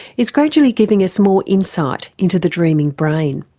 is gradually giving us more insight into the dreaming brain.